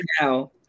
now